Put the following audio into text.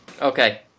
Okay